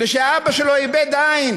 שאבא שלו איבד עין